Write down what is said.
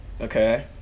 Okay